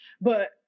But-